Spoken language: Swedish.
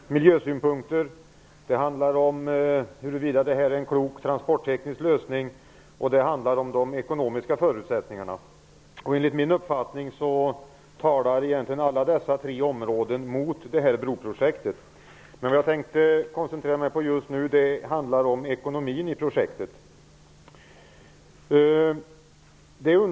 Herr talman! Det har riktats kritik mot broprojektet från olika utgångspunkter. Det har handlat om miljösynpunkter. Det har ifrågasatts om bron är en klok transportteknisk lösning. Det har också handlat om de ekonomiska förutsättningarna. Enligt min uppfattning talar dessa tre synpunkter mot detta broprojket. Jag tänker just nu koncentrera mig på ekonomin i projektet.